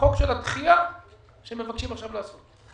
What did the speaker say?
לחוק הדחייה שמבקשים עכשיו לעשות.